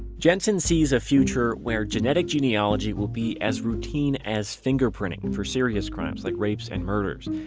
jensen sees a future where genetic genealogy will be as routine as fingerprinting for serious crimes like rapes and murders.